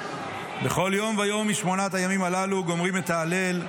"בכל יום ויום משמונת הימים הללו גומרים את ההלל,